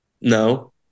No